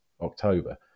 October